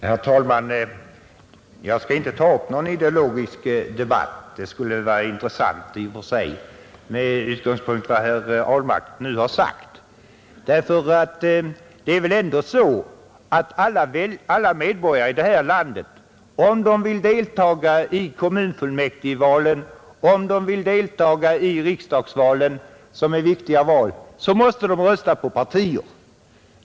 Herr talman! Jag skall inte ta upp någon ideologisk debatt — det skulle vara intressant i och för sig — med utgångspunkt i vad herr Ahlmark nu har sagt. Det är väl ändå så att alla medborgare i det här landet, om de vill delta i kommunfullmäktigevalen och om de vill delta i riksdagsvalen, som är viktiga val, måste rösta på partier.